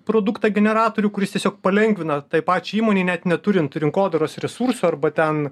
produktą generatorių kuris tiesiog palengvina tai pačiai įmonei net neturint rinkodaros resursų arba ten